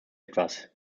etwas